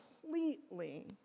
completely